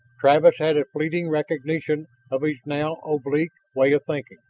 travis had a fleeting recognition of his now oblique way of thinking.